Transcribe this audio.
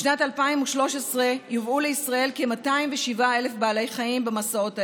בשנת 2013 יובאו לישראל כ-207,000 בעלי חיים במסעות האלו.